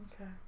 Okay